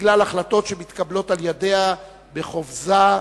בגלל החלטות שמתקבלות על-ידה בחופזה ובמחטף,